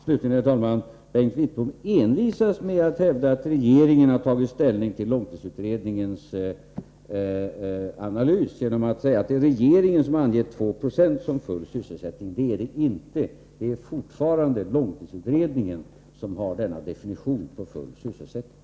Slutligen, herr talman, envisas Bengt Wittbom med att hävda att regeringen har tagit ställning till långtidsutredningens analys, genom att det är regeringen som har angivit 2 20 arbetslöshet som gräns för fulll sysselsättning. Så är inte fallet. Det är fortfarande långtidsutredningen som har denna definition på full sysselsättning.